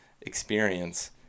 experience